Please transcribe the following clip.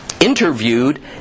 interviewed